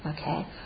Okay